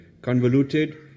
Convoluted